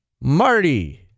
Marty